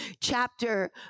chapter